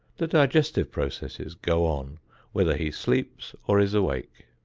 the digestive processes go on whether he sleeps or is awake.